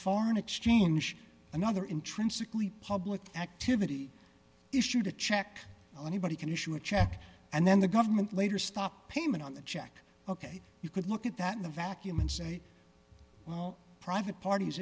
foreign exchange another intrinsically public activity issued a check on anybody can issue a check and then the government later stopped payment on the check ok you could look at that in the vacuum and say well private parties